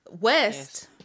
West